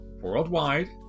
worldwide